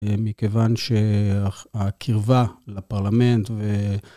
מכיוון שהקרבה לפרלמנט ו...